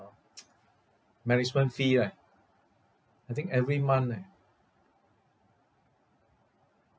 management fee right I think every month eh